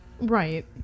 right